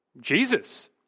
Jesus